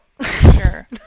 sure